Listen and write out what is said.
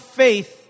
faith